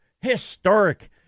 historic